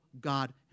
God